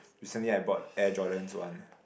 recently I bought Air Jordans one